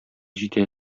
җитә